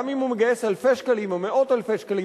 גם אם הוא מגייס אלפי שקלים או מאות אלפי שקלים,